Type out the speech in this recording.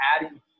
adding